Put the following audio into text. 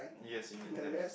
yes you need there is